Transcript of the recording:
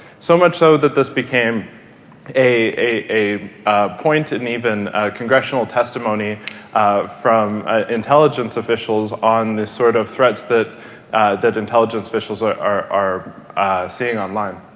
so much so that this became a point and even congressional testimony um from ah intelligence officials on the sort of threats that that intelligence officials are are seeing online?